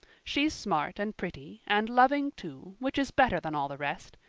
she's smart and pretty, and loving, too, which is better than all the rest.